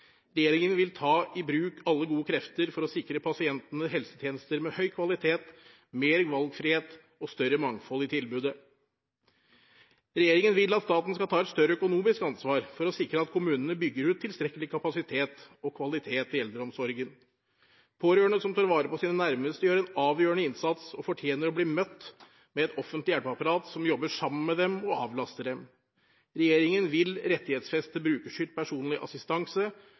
Regjeringen vil ta i bruk alle gode krefter for å sikre pasientene helsetjenester med høy kvalitet, mer valgfrihet og større mangfold i tilbudet. Regjeringen vil at staten skal ta et større økonomisk ansvar for å sikre at kommunene bygger ut tilstrekkelig kapasitet og kvalitet i eldreomsorgen. Pårørende som tar vare på sine nærmeste, gjør en avgjørende innsats og fortjener å bli møtt med et offentlig hjelpeapparat som jobber sammen med dem og avlaster dem. Regjeringen vil rettighetsfeste brukerstyrt personlig assistanse